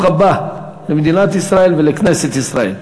ברוך הבא למדינת ישראל ולכנסת ישראל.